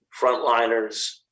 frontliners